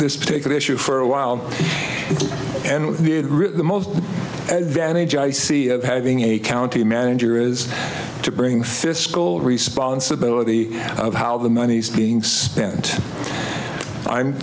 this particular issue for a while and with the most advantage i see of having a county manager is to bring the fiscal responsibility of how the money's being spent